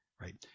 right